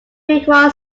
required